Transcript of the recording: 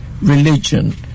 religion